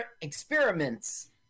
experiments